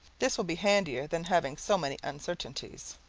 this will be handier than having so many uncertainties.